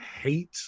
hate